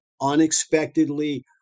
unexpectedly